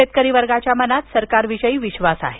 शेतकरी वर्गाच्या मनात सरकारविषयी विश्वास आहे